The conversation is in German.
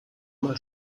mal